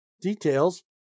Details